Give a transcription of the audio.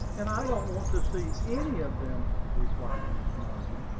and i don't want to see any of them, replied miss margie.